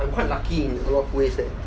I'm quite lucky in a lot of ways that